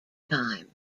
time